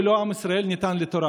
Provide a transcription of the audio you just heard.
ולא עם ישראל ניתן לתורה.